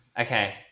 Okay